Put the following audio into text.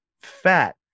fat